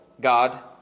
God